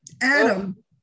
Adam